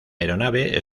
aeronave